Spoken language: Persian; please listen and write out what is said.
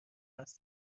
است